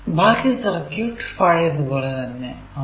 ബാക്കി സർക്യൂട് പഴയതു പോലെ തന്നെ ആണ്